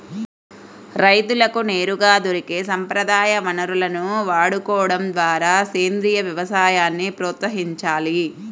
రైతులకు నేరుగా దొరికే సంప్రదాయ వనరులను వాడుకోడం ద్వారా సేంద్రీయ వ్యవసాయాన్ని ప్రోత్సహించాలి